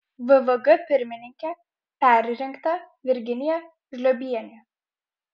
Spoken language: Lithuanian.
vvg pirmininke perrinkta virginija žliobienė